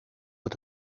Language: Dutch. het